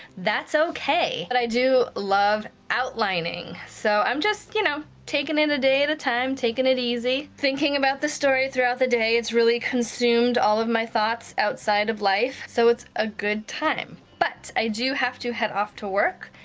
that's okay! but i do love outlining. so i'm just, you know, taking it a day at a time, taking it easy, thinking about the story throughout the day, it's really consumed all of my thoughts outside of life, so it's a good time. but, i do have to head off to work,